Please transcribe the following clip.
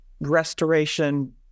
restoration